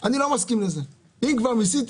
אני לא יודע מה עם משרד